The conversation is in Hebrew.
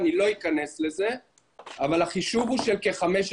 אני לא אכנס לזה אבל החישוב הוא של כ-15%.